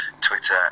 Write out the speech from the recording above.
twitter